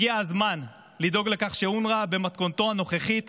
הגיע הזמן לדאוג לכך שאונר"א, מתכונתו הנוכחית